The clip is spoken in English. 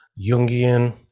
Jungian